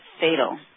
fatal